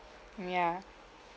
mm ya